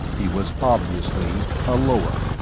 he was obviously a lower,